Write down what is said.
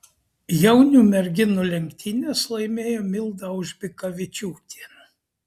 jaunių merginų lenktynes laimėjo milda aužbikavičiūtė